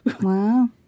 Wow